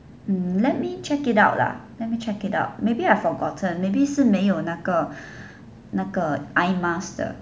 mm let me check it out lah let me check it out maybe I forgotten maybe 是没有那个那个 eyes mask 的